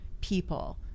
people